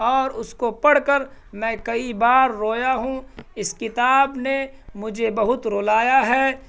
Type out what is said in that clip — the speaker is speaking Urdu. اور اس کو پڑھ کر میں کئی بار رویا ہوں اس کتاب نے مجھے بہت رلایا ہے